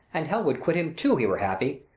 an hell would quit him too, he were happy.